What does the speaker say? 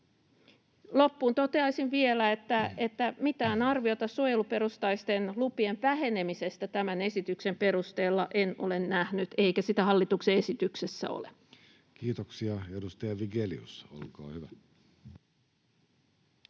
Loppuun toteaisin vielä, että mitään arviota suojeluperustaisten lupien vähenemisestä tämän esityksen perusteella en ole nähnyt eikä sitä hallituksen esityksessä ole. Kiitoksia. — Edustaja Vigelius, olkaa hyvä.